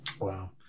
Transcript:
Wow